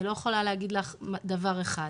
אני לא יכולה להגיד לך דבר אחד.